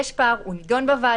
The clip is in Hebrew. יש פער, הוא נידון בוועדה.